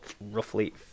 roughly